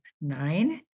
nine